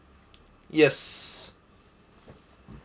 yes